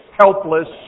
helpless